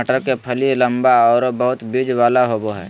मटर के फली लम्बा आरो बहुत बिज वाला होबा हइ